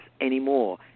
anymore